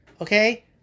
Okay